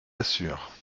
assure